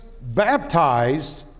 baptized